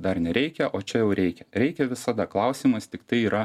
dar nereikia o čia jau reikia reikia visada klausimas tiktai yra